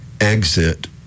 exit